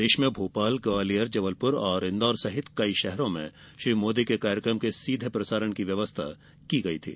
प्रदेश में भोपाल ग्वालियर जबलपुर और इन्दौर सहित कई शहरों में श्री मोदी के कार्यक्रम के सीधे प्रसारण की व्यवस्था की गई थी